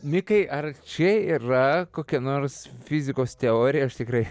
mikai ar čia yra kokia nors fizikos teorija aš tikrai